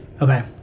Okay